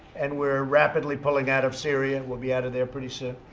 and we're rapidly pulling out of syria. and we'll be out of there pretty soon.